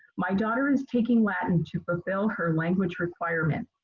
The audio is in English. my daughter is taking latin to fulfill her language requirement.